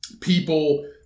people